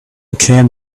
came